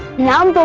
now